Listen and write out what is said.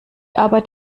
arbeit